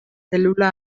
zelula